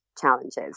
challenges